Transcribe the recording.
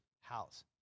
house